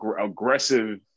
aggressive